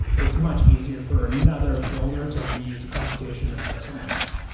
it's much easier for another builder to reuse a computation written by someone else.